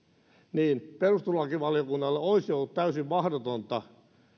niin perustuslakivaliokunnalle olisi ollut täysin mahdotonta